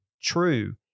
true